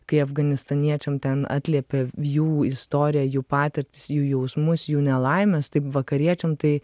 kai afganistaniečiam ten atliepė jų istorija jų patirtis jų jausmus jų nelaimes taip vakariečiam tai